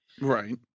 Right